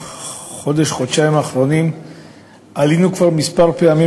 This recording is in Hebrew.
בחודש-חודשיים האחרונים עלינו כבר כמה פעמים